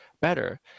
better